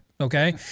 okay